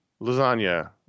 Lasagna